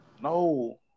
No